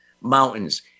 mountains